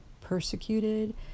persecuted